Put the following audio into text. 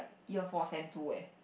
year four Sem two leh